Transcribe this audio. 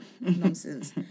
Nonsense